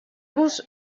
vos